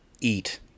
eat